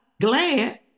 glad